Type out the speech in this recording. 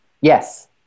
Yes